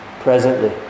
presently